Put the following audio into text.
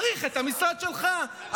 צריך את המשרד שלך,